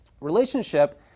Relationship